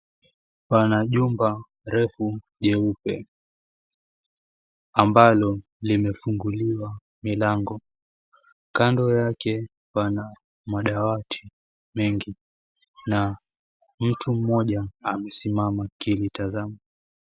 Pana jumba refu jeupe ambalo limefunguliwa milango. Kando yake pana madawati mengi na mtu mmoja amesimama akilitazama.